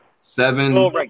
seven